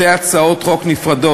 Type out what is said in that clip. מ/890.